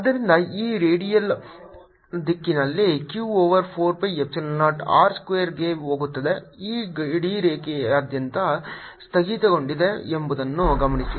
ಆದ್ದರಿಂದ E radial ದಿಕ್ಕಿನಲ್ಲಿ q over 4 pi epsilon 0 r square ಗೆ ಹೋಗುತ್ತದೆ E ಗಡಿರೇಖೆಯಾದ್ಯಂತ ಸ್ಥಗಿತಗೊಂಡಿದೆ ಎಂಬುದನ್ನು ಗಮನಿಸಿ